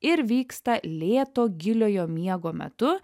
ir vyksta lėto giliojo miego metu